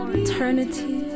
eternity